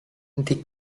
the